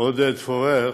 עודד פורר,